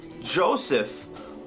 Joseph